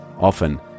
Often